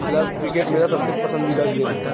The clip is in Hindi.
फिलहाल क्रिकेट मेरा सबसे पसंदीदा गेम है